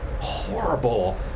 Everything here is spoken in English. horrible